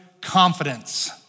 confidence